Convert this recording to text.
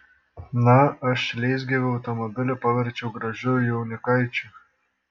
na aš leisgyvį automobilį paverčiau gražiu jaunikaičiu